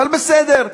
אבל בסדר.